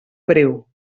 breu